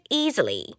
easily